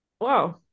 wow